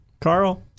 Carl